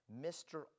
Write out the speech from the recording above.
Mr